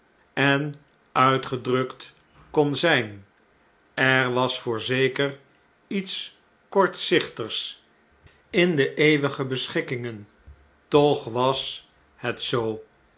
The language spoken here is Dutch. uitgeperst enuitgedrukt kon zjjn ef was voorzeker iets kortzichtigs in de eeuwige beschikkingen toch was het zoo